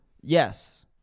Yes